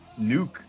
nuke